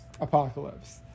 Apocalypse